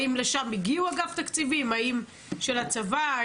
האם לשם הגיעו אגף תקציבים של הצבא?